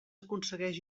aconsegueix